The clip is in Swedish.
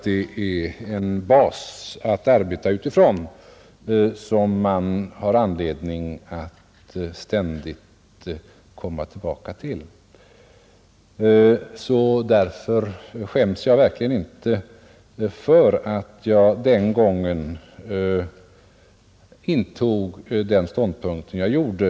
Det är en bas att arbeta utifrån, som man har anledning att ständigt komma tillbaka till. Därför skäms jag inte för att jag den gången intog den ståndpunkt jag gjorde.